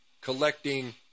collecting